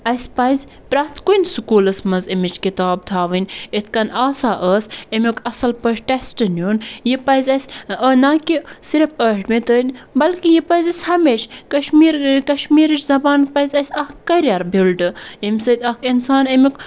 اَسہِ پَزِ پرٛٮ۪تھ کُنہِ سکوٗلَس مَنٛز اَمِچ کِتاب تھاوٕنۍ یِتھ کٔنۍ آسان ٲس اَمیُک اَصٕل پٲٹھۍ ٹٮ۪سٹ نیُن یہِ پَزِ اَسہِ نا کہِ صرف ٲٹھمہِ تام بلکہِ یہِ پَزِ اَسہِ ہَمیشہ کشمیٖر کشمیٖرٕچ زَبان پَزِ اَسہِ اکھ کٔریَر بیُلڈٕ یَمہِ سۭتۍ اکھ اِنسان اَمیُک